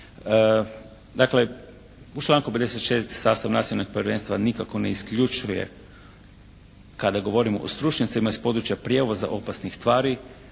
Dakle, u članku 56. sastav Nacionalnog povjerenstva nikako ne isključuje kada govorimo o stručnjacima iz područja prijevoza opasnih tvari.